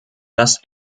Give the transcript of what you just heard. das